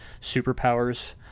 superpowers